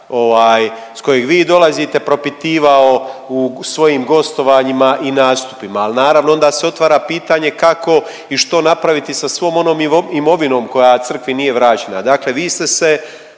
s kojeg vi dolazite, propitivao u svojim gostovanjima i nastupima, ali naravno, onda se otvara pitanje, kako i što napraviti sa svom onom imovinom koja Crkvi nje vraćena.